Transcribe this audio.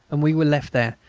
and we were left there,